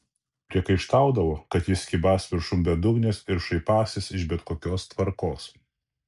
priekaištaudavo kad jis kybąs viršum bedugnės ir šaipąsis iš bet kokios tvarkos